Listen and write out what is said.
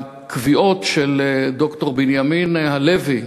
הקביעות של ד"ר בנימין הלוי,